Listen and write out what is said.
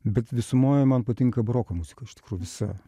bet visumoje man patinka baroko muzika visa